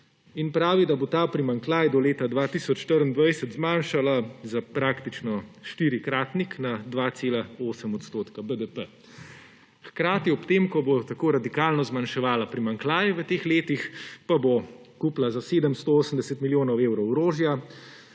Pravi, da bo ta primanjkljaj do leta 2024 zmanjšala za praktično štirikratnik, na 2,8 % BDP. Hkrati pa bo ob tem, ko bo tako radikalno zmanjševala primanjkljaj v teh letih, kupila za 780 milijonov evrov orožja,